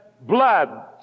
blood